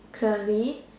curly